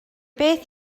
beth